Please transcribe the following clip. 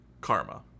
Karma